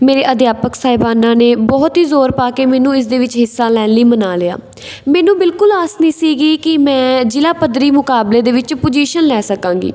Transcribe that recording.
ਮੇਰੇ ਅਧਿਆਪਕ ਸਾਹਿਬਾਨਾਂ ਨੇ ਬਹੁਤ ਹੀ ਜ਼ੋਰ ਪਾ ਕੇ ਮੈਨੂੰ ਇਸ ਦੇ ਵਿੱਚ ਹਿੱਸਾ ਲੈਣ ਲਈ ਮਨਾ ਲਿਆ ਮੈਨੂੰ ਬਿਲਕੁਲ ਆਸ ਨਹੀਂ ਸੀਗੀ ਕਿ ਮੈਂ ਜ਼ਿਲ੍ਹਾ ਪੱਧਰੀ ਮੁਕਾਬਲੇ ਦੇ ਵਿੱਚ ਪੁਜ਼ੀਸ਼ਨ ਲੈ ਸਕਾਂਗੀ